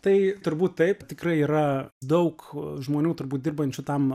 tai turbūt taip tikrai yra daug žmonių turbūt dirbančių tam